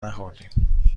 نخوردیم